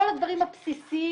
כל הדברים הבסיסיים